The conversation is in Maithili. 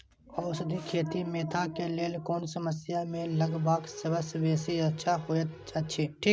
औषधि खेती मेंथा के लेल कोन समय में लगवाक सबसँ बेसी अच्छा होयत अछि?